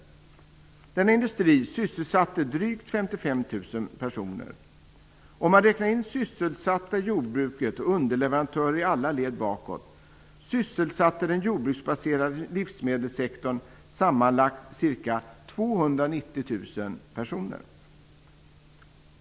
Denna industri sysselsatte drygt 55 000 personer. Om man räknar in sysselsatta i jordbruket och underleverantörer i alla led bakåt, sysselsatte den jordbruksbaserade livsmedelssektorn sammanlagt ca 290 000 personer.